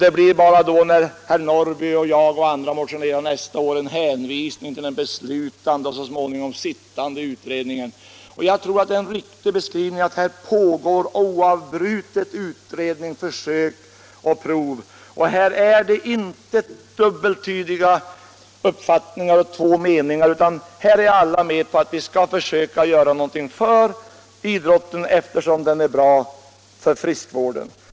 När herr Norrby, jag och andra motionerar nästa år blir det då bara en hänvisning till den beslutade och så småningom sittande utredningen. Här pågår oavbrutet utredningar, försök och prov. Det finns inga dubbeltydiga uppfattningar, utan alla är med på att vi skall försöka göra någonting för idrotten eftersom den är bra för friskvården.